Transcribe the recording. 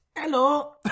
Hello